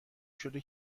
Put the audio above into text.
شده